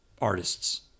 artists